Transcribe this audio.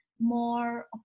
more